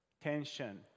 tension